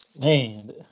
Man